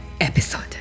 episode